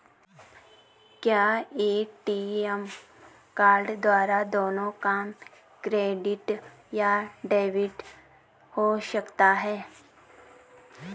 क्या ATM card द्वारा दोनों काम क्रेडिट या डेबिट हो सकता है?